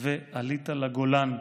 ועלית לגולן.